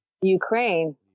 Ukraine